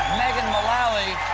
megan mullally.